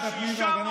לא, לא.